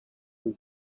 for